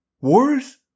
Wars